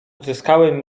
uzyskałem